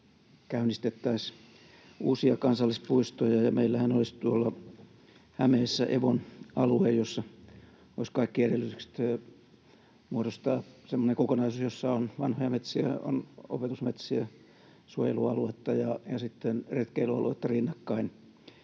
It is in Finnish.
käynnistettäisiin uusia kansallispuistoja. Meillähän olisi tuolla Hämeessä Evon alue, jossa olisi kaikki edellytykset muodostaa semmoinen kokonaisuus, jossa on vanhoja metsiä, on opetusmetsiä, suojelualuetta ja sitten retkeilyaluetta rinnakkain.